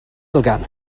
elgan